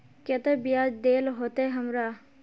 केते बियाज देल होते हमरा?